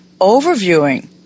overviewing